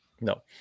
No